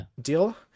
deal